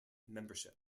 membership